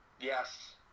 Yes